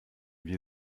wir